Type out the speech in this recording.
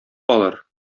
алыр